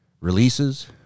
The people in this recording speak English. releases